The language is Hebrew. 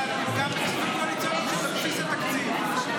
בכספים קואליציוניים או שהם בבסיס התקציב?